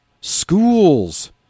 schools